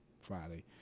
Friday